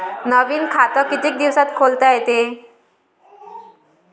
नवीन खात कितीक दिसात खोलता येते?